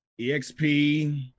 EXP